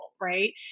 right